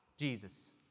Jesus